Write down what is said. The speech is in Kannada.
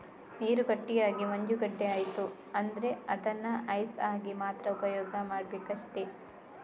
ನೀರು ಗಟ್ಟಿಯಾಗಿ ಮಂಜುಗಡ್ಡೆ ಆಯ್ತು ಅಂದ್ರೆ ಅದನ್ನ ಐಸ್ ಆಗಿ ಮಾತ್ರ ಉಪಯೋಗ ಮಾಡ್ಬೇಕಷ್ಟೆ